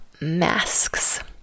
Masks